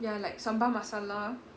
ya like samba masala